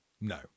No